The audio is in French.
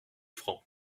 francs